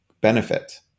benefit